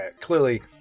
clearly